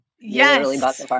yes